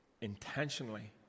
intentionally